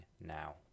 now